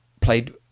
played